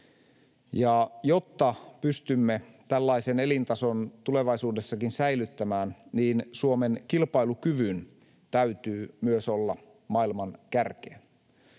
Jotta pystymme tällaisen elintason tulevaisuudessakin säilyttämään, myös Suomen kilpailukyvyn täytyy olla maailman kärkeä.